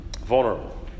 vulnerable